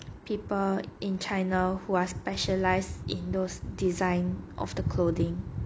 people in china who are specialized in those design of the clothing